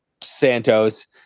Santos